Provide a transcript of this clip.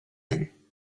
one